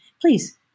please